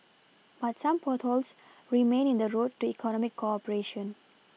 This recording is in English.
but some potholes remain in the road to economic cooperation